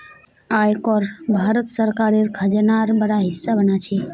आय कर भारत सरकारेर खजानार बड़ा हिस्सा बना छे